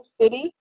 City